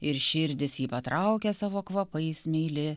ir širdis ji patraukė savo kvapais meili